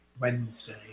Wednesday